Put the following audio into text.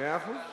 מאה אחוז,